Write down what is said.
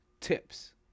Tips